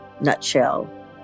nutshell